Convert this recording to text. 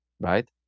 right